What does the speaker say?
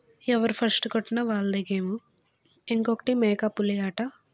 ఎవరు ఫస్ట్ కొటినా వాళ్ళదే గేము ఇంకొకటి మేక పులి ఆట